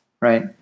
Right